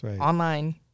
online